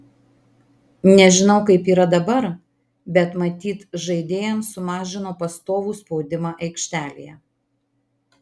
nežinau kaip yra dabar bet matyt žaidėjams sumažino pastovų spaudimą aikštelėje